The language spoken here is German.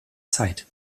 zeit